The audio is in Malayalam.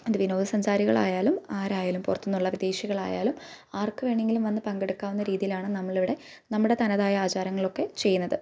അത് വിനോദസഞ്ചാരികളായാലും ആരായാലും പുറത്തു നിന്നുള്ള വിദേശികളായാലും ആർക്കു വേണമെങ്കിലും വന്ന് പങ്കെടുക്കാവുന്ന രീതിയിലാണ് നമ്മളിവിടെ നമ്മുടെ തനതായ ആചാരങ്ങളൊക്കെ ചെയ്യുന്നത്